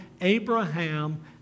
Abraham